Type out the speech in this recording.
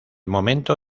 momento